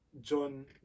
John